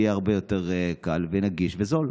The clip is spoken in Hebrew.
יהיה הרבה יותר קל, נגיש וזול.